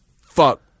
fuck